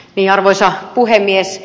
arvoisa puhemies